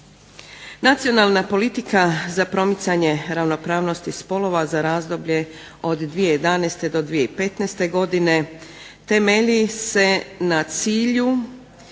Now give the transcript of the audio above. Nacionalna politika za promicanje ravnopravnosti spolova za razdoblje od 2011. do 2015. godine temelji se na cilju